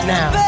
now